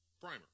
primer